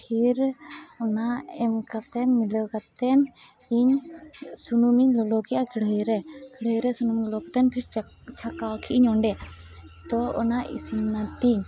ᱯᱷᱤᱨ ᱚᱱᱟ ᱮᱢᱠᱟᱛᱮᱫ ᱢᱤᱞᱟᱹᱣ ᱠᱟᱛᱮᱫ ᱤᱧ ᱥᱩᱱᱩᱢᱤᱧ ᱞᱚᱞᱚ ᱠᱮᱫᱼᱟ ᱠᱟᱹᱲᱦᱟᱹᱭᱨᱮ ᱠᱟᱹᱲᱦᱟᱹᱭᱨᱮ ᱥᱩᱱᱩᱢ ᱞᱚᱞᱚ ᱠᱟᱛᱮᱫ ᱯᱷᱤᱨ ᱪᱷᱟᱸᱠᱟᱣ ᱠᱮᱫ ᱟᱹᱧ ᱚᱸᱰᱮ ᱛᱚ ᱚᱱᱟ ᱤᱥᱤᱱ ᱮᱱᱟ ᱛᱤᱧ